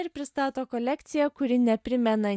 ir pristato kolekciją kuri neprimena